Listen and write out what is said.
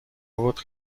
بود